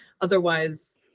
otherwise